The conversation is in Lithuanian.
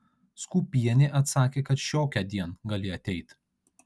skūpienė atsakė kad šiokiądien gali ateit